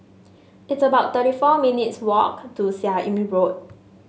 it's about thirty four minutes' walk to Seah Im Road